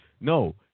no